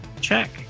check